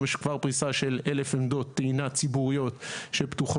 היום יש כבר פריסה של 1,000 עמדות טעינה ציבוריות שפתוחות